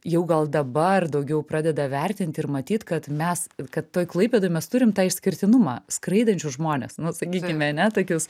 jau gal dabar daugiau pradeda vertint ir matyt kad mes kad toj klaipėdoj mes turim tą išskirtinumą skraidančius žmones nu sakykime ane tokius